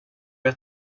jag